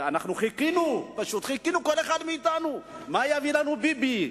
חיכינו, כל אחד מאתנו, מה יביא לנו ביבי?